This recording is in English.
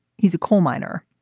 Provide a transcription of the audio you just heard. he's a coal miner.